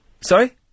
Sorry